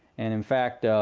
and, in fact,